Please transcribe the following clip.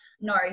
No